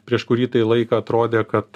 prieš kurį tai laiką atrodė kad